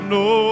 no